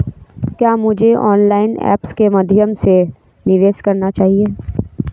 क्या मुझे online apps के माध्यम से निवेश करना चाहिए?